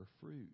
fruit